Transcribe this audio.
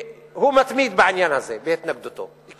שהוא מתמיד בהתנגדותו בעניין הזה.